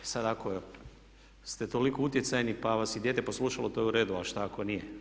Sada ako ste toliko utjecajni pa vas je i dijete poslušalo, to je u redu ali šta ako nije?